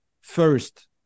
first